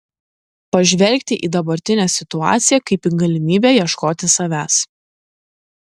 pažvelgti į dabartinę situaciją kaip į galimybę ieškoti savęs